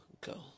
go